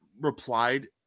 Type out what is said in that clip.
Replied